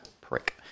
Prick